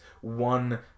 one